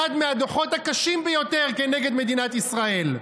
אחד מהדוחות הקשים ביותר כנגד מדינת ישראל.